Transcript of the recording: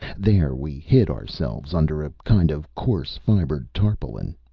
there we hid ourselves under a kind of coarse-fibered tarpaulin.